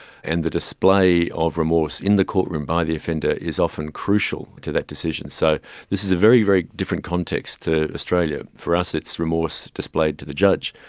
and the display of remorse in the courtroom by the offender is often crucial to that decision. so this is a very, very different context to australia. for us it's remorse displayed to the judge,